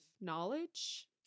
knowledge